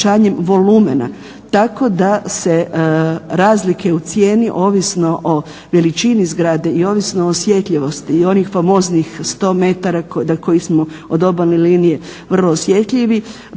Tako da se razlike u cijeni ovisno o veličini zgrade, i ovisno o osjetljivosti i onih famoznih 100 metara do obalne linije vrlo osjetljivi.